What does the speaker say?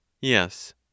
YES